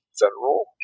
federal